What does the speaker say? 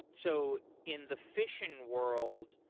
so in the fission world,